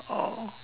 oh